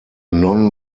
non